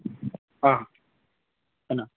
ꯑꯥ ꯀꯅꯥ